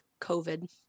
covid